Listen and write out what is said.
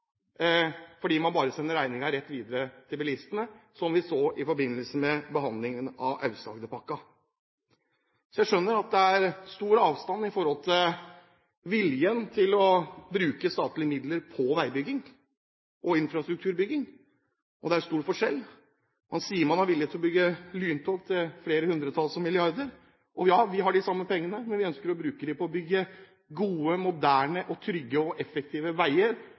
fordi man bare sender regningen rett videre til bilistene, som vi så det i forbindelse med behandlingen av Aust-Agderpakka. Jeg skjønner at det er stor avstand når det gjelder viljen til å bruke statlige midler til veibygging og infrastrukturbygging, og det er stor forskjell. Man sier man er villig til å bygge lyntog til flere hundretalls milliarder. Vi har de samme pengene, men vi ønsker å bruke dem på å bygge gode, moderne, trygge og effektive veier